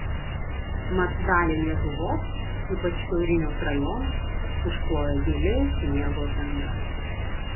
mat dalį lietuvos ypač šiaurinius rajonus užklojo gili sniego danga